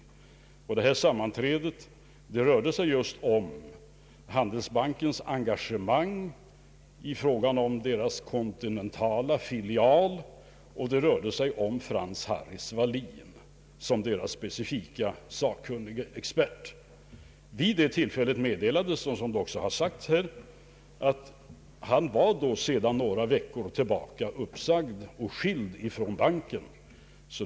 Detta sammanträde rörde just Handelsbankens engagemang i frågan om dess kontinentala filial och även Frank Hallis Wallin som bankens specifika sakkunnige expert. Vid det tillfället meddelades, såsom det också har sagts här, att han sedan några veckor tillbaka var uppsagd och skild från Handelsbanken.